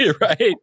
Right